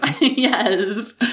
Yes